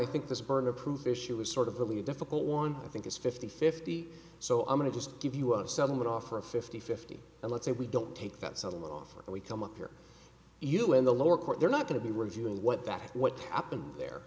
i think this burden of proof issue is sort of really a difficult one i think it's fifty fifty so i'm going to just give you a settlement offer a fifty fifty and let's say we don't take that settlement offer and we come up here you know in the lower court they're not going to be reviewing what back what happened there